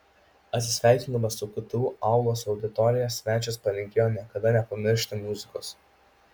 atsisveikindamas su ktu aulos auditorija svečias palinkėjo niekada nepamiršti muzikos